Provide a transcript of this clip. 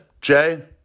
Jay